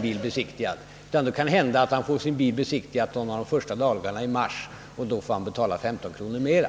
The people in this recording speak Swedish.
Det kan då hända att han får sin bil besiktigad någon av de första dagarna i mars, och då får han betala 15 kronor mer.